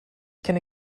kenne